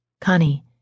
Connie